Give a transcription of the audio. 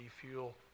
fuel